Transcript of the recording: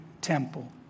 temple